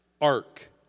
ark